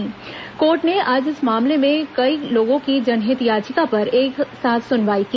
ै कोर्ट ने आज इस मामले में कई लोगों की जनहित याचिका पर एक साथ सुनवाई की